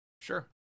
Sure